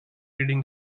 reading